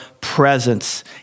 presence